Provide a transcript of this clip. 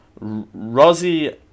Rosie